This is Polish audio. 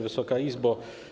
Wysoka Izbo!